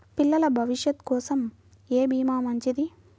పిల్లల భవిష్యత్ కోసం ఏ భీమా మంచిది?